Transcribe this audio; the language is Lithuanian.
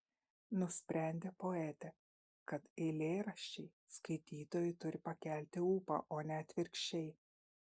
nusprendė poetė kad eilėraščiai skaitytojui turi pakelti ūpą o ne atvirkščiai